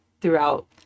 throughout